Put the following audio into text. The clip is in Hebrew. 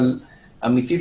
אבל אמיתית,